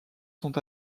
sont